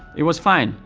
it was fine.